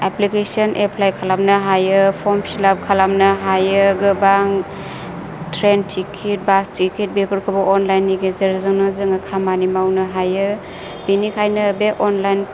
application apply खालामनो हायो form fill up खालामनो हायो गोबां ट्रेन टिकित बास टिकित बेफोरखौबाे अनलाइननि गेजेरजोंनो जोङाे खामानि मावनो हायो बेनिखायनो बे अनलाइन